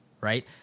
right